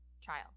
child